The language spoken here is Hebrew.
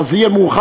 אבל זה יהיה מאוחר,